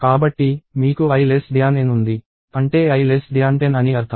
కాబట్టి మీకు i N ఉంది అంటే i 10 అని అర్థం